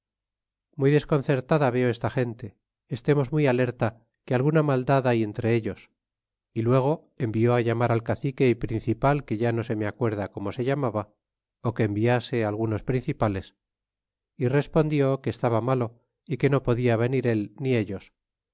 muy desconcertada veo esta gente estemos muy alerta que alguna maldad hay entre ellos é luego envió llamar al cacique é principal que ya no se me acuerda como se llamaba ó que enviase algunos principales é respondió que estaba malo é que no podia venir él ni ellos